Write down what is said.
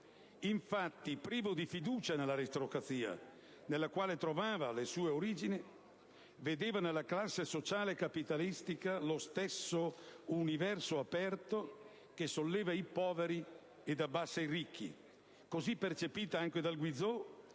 Infatti, privo di fiducia nell'aristocrazia nella quale trovava le sue origini, vedeva nella classe sociale capitalistica lo stesso universo aperto «che solleva i poveri ed abbassa i ricchi», che percepiva anche Guizot,